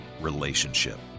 relationship